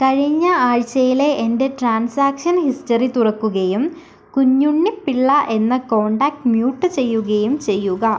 കഴിഞ്ഞ ആഴ്ചയിലെ എൻ്റെ ട്രാൻസാക്ഷൻ ഹിസ്റ്ററി തുറക്കുകയും കുഞ്ഞുണ്ണി പിള്ള എന്ന കോൺടാക്റ്റ് മ്യൂട്ട് ചെയ്യുകയും ചെയ്യുക